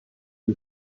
que